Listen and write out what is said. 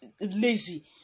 lazy